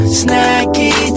snacky